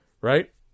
right